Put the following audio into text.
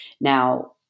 now